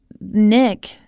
Nick